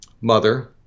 mother